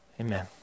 Amen